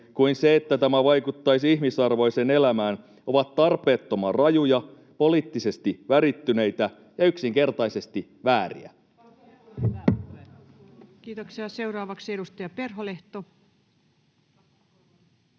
ja se, että tämä vaikuttaisi ihmisarvoiseen elämään, ovat tarpeettoman rajuja, poliittisesti värittyneitä ja yksinkertaisesti vääriä. [Speech 62]